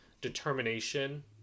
determination